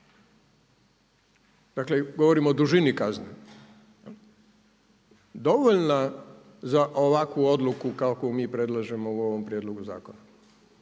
dakle govorim o dužini kazne, dovoljna za ovakvu odluku kakvu mi predlažemo u ovom prijedlogu zakona?